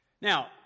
Now